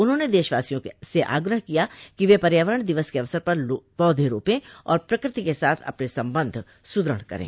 उन्होंने दशवासियों से आग्रह किया कि वे पर्यावरण दिवस के अवसर पर पौधें रोपें और प्रकृति के साथ अपने संबंध सुदृढ करें